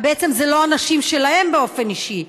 בעצם אלה לא הנשים שלהם באופן אישי,